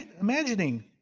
Imagining